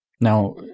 Now